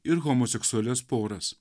ir homoseksualias poras